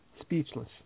Speechless